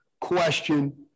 question